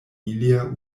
ilia